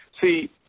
See